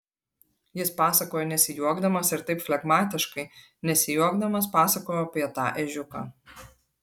jis pasakojo nesijuokdamas ir taip flegmatiškai nesijuokdamas pasakojo apie tą ežiuką